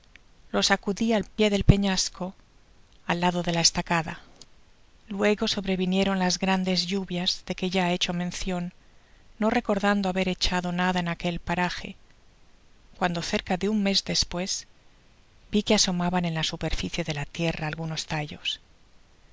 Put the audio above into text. lo sacudi al pié del peñasco al lado de la esta cada luego sobrevinieron las grandes lluvias de que ya he hecho mencion no recordando haber echado nada en aquel parage cuando cerca de un mes despues vi que asomaban en la superficie de la tierra algunos tallos